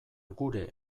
gure